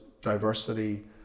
diversity